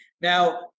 Now